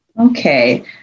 Okay